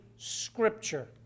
scripture